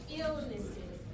illnesses